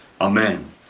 Amen